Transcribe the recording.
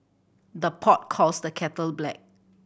the pot calls the kettle black